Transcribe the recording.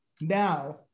Now